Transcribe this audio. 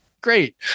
great